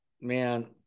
man